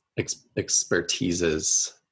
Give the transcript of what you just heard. expertises